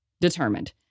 Determined